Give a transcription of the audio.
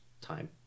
time